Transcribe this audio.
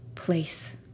place